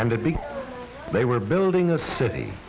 and the big they were building a city